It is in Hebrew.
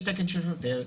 יש תקן של שוטר.